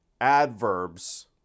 adverbs